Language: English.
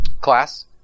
Class